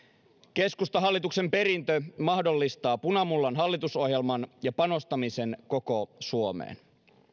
keskustahallituksen perintö mahdollistaa punamullan hallitusohjelman ja panostamisen koko suomeen